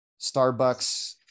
Starbucks